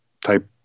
type